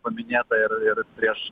paminėta ir ir prieš